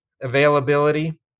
availability